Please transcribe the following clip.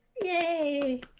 yay